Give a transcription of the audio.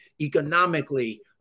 economically